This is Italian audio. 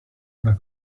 una